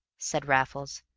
said raffles.